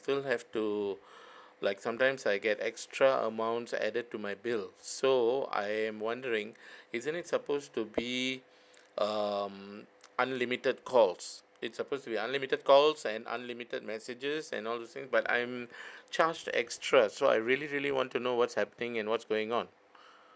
still have to like sometimes I get extra amounts added to my bill so I am wondering isn't it supposed to be um unlimited calls it's suppose to be unlimited calls and unlimited messages and all this things but I'm charged extra so I really really want to know what's happening and what's going on